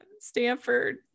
Stanford